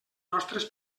nostres